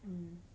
mm